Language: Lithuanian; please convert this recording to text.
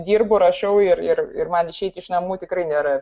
dirbu rašau ir ir ir man išeit iš namų tikrai nėra